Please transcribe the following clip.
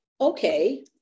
okay